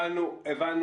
הבנו.